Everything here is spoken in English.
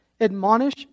admonish